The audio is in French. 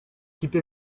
type